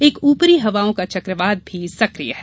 एक ऊपरी हवाओं का चक्रवात भी सक्रिय है